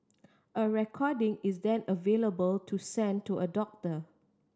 a recording is then available to send to a doctor